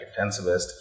intensivist